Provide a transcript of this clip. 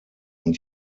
und